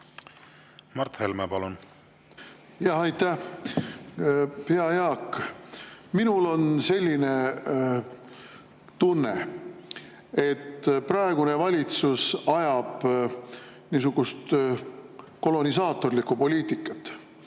Mart Helme, palun! Aitäh! Hea Jaak! Minul on selline tunne, et praegune valitsus ajab kolonisaatorlikku poliitikat.